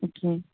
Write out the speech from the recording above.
okay